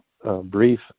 Brief